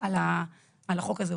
על החוק הזה,